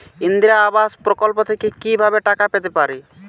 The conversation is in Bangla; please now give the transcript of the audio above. ইন্দিরা আবাস প্রকল্প থেকে কি ভাবে টাকা পেতে পারি?